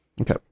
okay